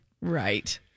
Right